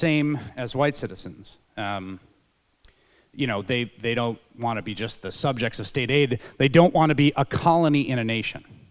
same as white citizens you know they they don't want to be just the subjects of state aid they don't want to be a colony in a nation